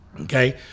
Okay